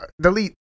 Delete